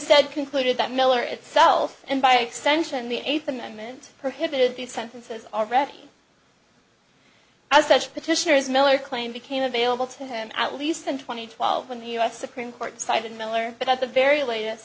instead concluded that miller itself and by extension the eighth amendment prohibited these sentences already as such petitioners miller claim became available to him at least ten twenty twelve when the u s supreme court cited miller but at the very latest